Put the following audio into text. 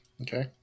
okay